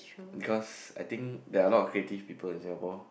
because I think there're a lot of creative people in Singapore